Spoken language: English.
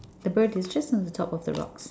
the bird is just on the top of the rocks